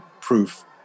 proof